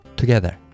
together